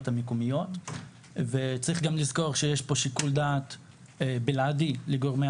המקומיות וצריך גם לזכור שיש כאן שיקול דעת בלעדי לגורמי